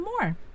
more